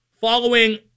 Following